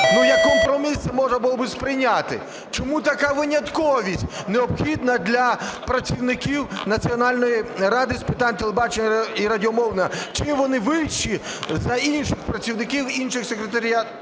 Як компроміс це можна було б сприйняти. Чому така винятковість необхідна для працівників Національної ради з питань телебачення і радіомовлення? Чим вони вищі за інших працівників інших секретаріатів,